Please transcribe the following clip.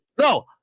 No